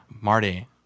Marty